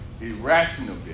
Irrational